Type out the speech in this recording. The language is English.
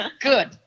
Good